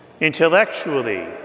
Intellectually